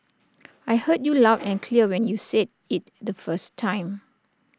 I heard you loud and clear when you said IT the first time